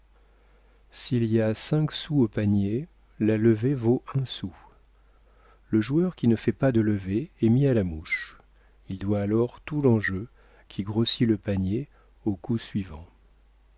s'il y a cinq sous au panier la levée vaut un sou le joueur qui ne fait pas de levée est mis à la mouche il doit alors tout l'enjeu qui grossit le panier au coup suivant